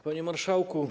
Panie Marszałku!